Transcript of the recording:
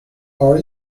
are